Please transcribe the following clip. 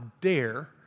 dare